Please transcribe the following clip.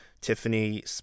Tiffany